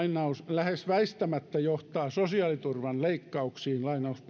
lähes väistämättä johtaa sosiaaliturvan leikkauksiin